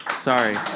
Sorry